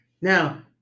Now